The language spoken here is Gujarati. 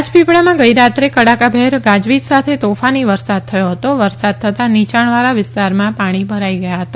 રાજપીપળામાં ગઇ રાત્રે કડાકાભેર ગાજવીજ સાથે તોફાની વરસાદ થઘો હતો વરસાદ થતાં નીચાણવાળા વિસ્તારમાં પાણી ભરાઈગયા હતા